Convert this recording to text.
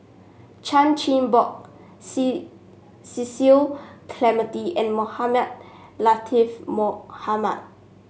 Chan Chin Bock Cecil Clementi and Mohamed Latiff Mohamed